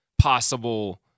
possible